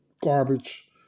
garbage